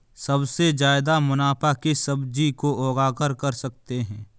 सबसे ज्यादा मुनाफा किस सब्जी को उगाकर कर सकते हैं?